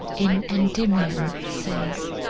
in endymion, says